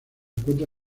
encuentra